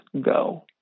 go